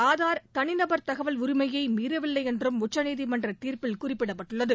ஆதார் தனிநபர் தகவல் உரிமையை மீறவில்லை என்றும் உச்சநீதிமன்ற தீர்ப்பில் குறிப்பிடப்பட்டுள்ளது